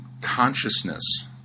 consciousness